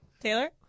Taylor